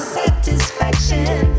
satisfaction